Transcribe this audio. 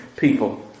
people